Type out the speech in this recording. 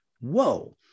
Whoa